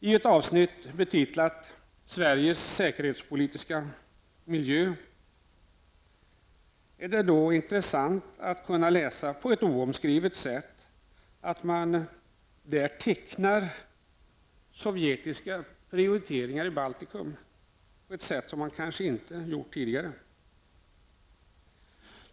I ett avsnitt betitlat ''Sveriges säkerhetspolitiska miljö'' är det intressant att kunna läsa att man tecknar sovjetiska prioriteringar i Baltikum på ett oomskrivet sätt som man kanske inte har gjort tidigare.